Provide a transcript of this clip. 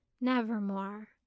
nevermore